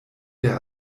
der